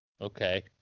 Okay